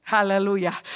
Hallelujah